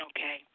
Okay